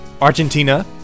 Argentina